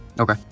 Okay